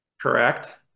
Correct